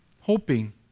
hoping